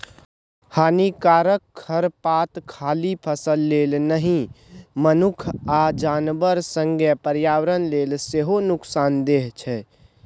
हानिकारक खरपात खाली फसल लेल नहि मनुख आ जानबर संगे पर्यावरण लेल सेहो नुकसानदेह